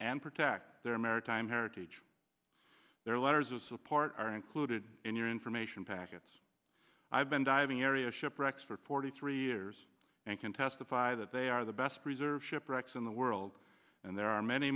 and protect their maritime heritage their letters of support are included in your information packets i've been diving area shipwrecks for forty three years and can testify that they are the best preserved shipwrecks in the world and there are many